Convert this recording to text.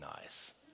nice